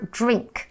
drink